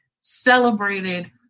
celebrated